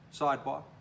sidebar